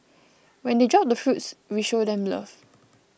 when they drop the fruits we show them love